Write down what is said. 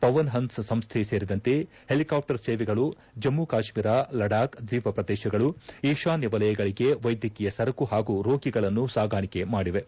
ಪವನ್ಹನ್ಸ್ ಸಂಸ್ಕೆ ಸೇರಿದಂತೆ ಹೆಲಿಕಾಪ್ಟರ್ ಸೇವೆಗಳು ಜಮ್ಮ ಕಾಶ್ಮೀರ ಲಡಾಕ್ ದ್ವೀಪ ಪ್ರದೇಶಗಳು ಈಶಾನ್ಯ ವಲಯಗಳಿಗೆ ವೈದ್ಯಕೀಯ ಸರಕು ಹಾಗೂ ರೋಗಿಗಳನ್ನು ಸಾಗಾಣಿಕೆ ಮಾಡಿವೆ